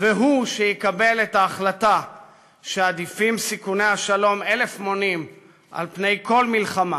והוא שיקבל את ההחלטה שעדיפים סיכוני השלום אלף מונים על פני כל מלחמה.